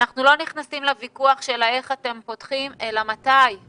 אנחנו לא נכנסים לוויכוח של איך אתם פותחים אלא מתי;